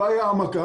לא היה מכ"ם,